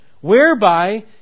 whereby